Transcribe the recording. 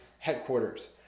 Headquarters